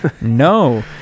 No